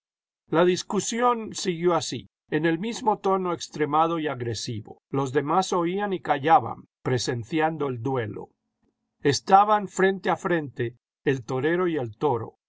la discusión siguió así en el mismo tono extremado y agresivo los demás oían y callaban presenciando el duelo estaban frente a frente el torero y el toro